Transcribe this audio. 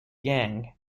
gang